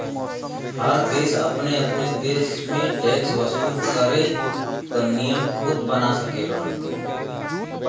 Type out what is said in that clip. हर देश अपने अपने देश में टैक्स वसूल करे क नियम खुद बना सकेलन